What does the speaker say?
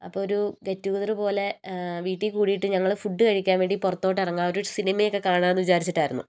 അപ്പോരു get together പോലെ വീട്ടിൽ കൂടിട്ട് ഞങ്ങൾ ഫുഡ് കഴിക്കാൻ വേണ്ടി പുറത്തോട്ട് ഇറങ്ങാൻ ഒരു സിനിമയൊക്കെ കാണാന്ന് വിചാരിച്ചിട്ടായിരുന്നു